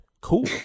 Cool